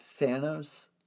Thanos